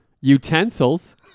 utensils